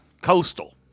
Coastal